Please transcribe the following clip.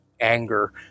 anger